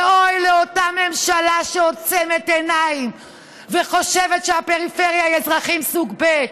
ואוי לאותה ממשלה שעוצמת עיניים וחושבת שהפריפריה היא אזרחים סוג ב'.